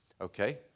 Okay